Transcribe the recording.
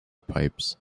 pipes